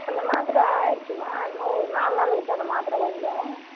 அந்த மாத்திரை ஆயிடுச்சிம்மா இன்னும் ஒரு நாலு நாள் விட்டு அந்த மாத்திரை வந்துடும்